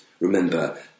Remember